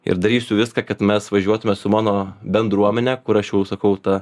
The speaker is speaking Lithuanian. ir darysiu viską kad mes važiuotume su mano bendruomene kur aš jau sakau ta